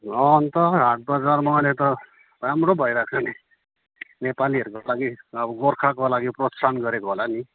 अन्त हाटबजारमा अहिले त राम्रो भइरहेको छ नि नेपालीहरूको कति अब गोर्खाको लागि प्रोत्साहन गरेको होला नि